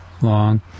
long